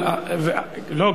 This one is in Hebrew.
לא,